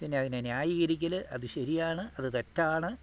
പിന്നെയതിനെ ന്യായീകരിക്കൽ അതു ശരിയാണ് അതു തെറ്റാണ്